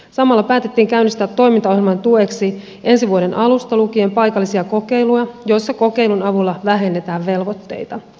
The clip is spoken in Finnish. samalla päätettiin käynnistää toimintaohjelman tueksi ensi vuoden alusta lukien paikallisia kokeiluja joissa kokeilun avulla vähennetään velvoitteita